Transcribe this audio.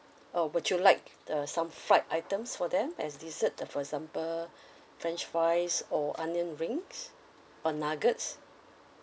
uh would you like uh some fried items for them as dessert the for example french fries or onion rings or nuggets